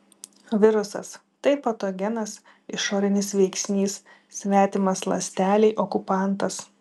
virusas tai patogenas išorinis veiksnys svetimas ląstelei okupantas